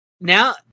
Now